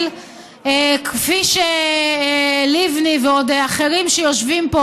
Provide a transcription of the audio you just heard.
כפי שלבני ועוד אחרים שיושבים פה